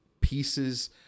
pieces